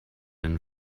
and